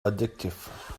addictive